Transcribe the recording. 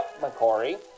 McCory